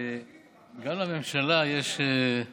גם לממשלה יש את